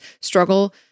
struggle